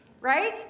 Right